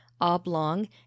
oblong